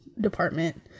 department